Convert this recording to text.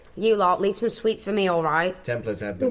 you lot, leave some sweets for me, alright? templar's had but